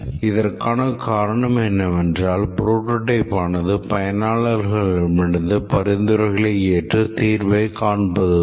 இதற்கான காரணம் என்னவென்றால் புரோடோடைபானது பயனாளர்களிடமிருந்து பரிந்துரைகளை ஏற்று தீர்வை காண்பதுதான்